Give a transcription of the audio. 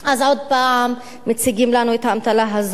אז עוד הפעם מציגים לנו את האמתלה הזאת.